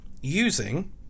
using